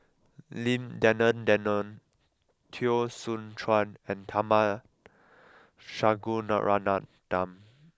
Lim Denan Denon Teo Soon Chuan and Tharman Shanmugaratnam